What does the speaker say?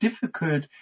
difficult